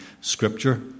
Scripture